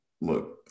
look